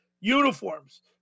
uniforms